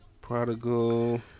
Prodigal